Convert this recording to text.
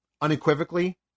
unequivocally